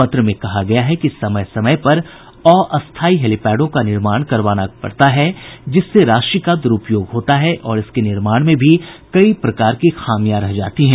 पत्र में कहा गया है कि समय समय पर अस्थायी हेलीपैडों का निर्माण करवाना पड़ता है जिससे राशि का दुरूपयोग होता है और इसके निर्माण में भी कई प्रकार की खामियां रह जाती हैं